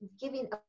giving